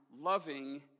loving